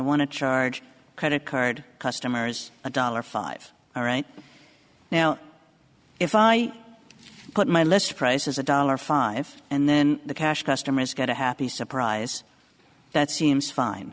want to charge credit card customers a dollar five all right now if i put my list price is a dollar five and then the cash customers get a happy surprise that seems fine